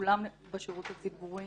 וכולם בשירות הציבורי,